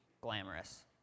glamorous